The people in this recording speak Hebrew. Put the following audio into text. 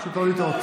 פשוט לא לטעות.